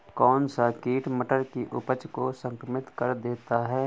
कौन सा कीट मटर की उपज को संक्रमित कर देता है?